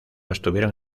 estuvieron